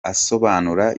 asobanura